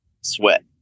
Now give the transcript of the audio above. sweat